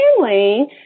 family